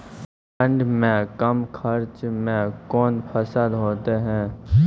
ठंड मे कम खर्च मे कौन फसल होते हैं?